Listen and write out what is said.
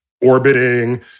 orbiting